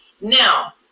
Now